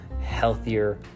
healthier